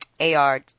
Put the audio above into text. AR